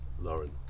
Lauren